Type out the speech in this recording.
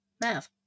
Math